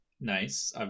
Nice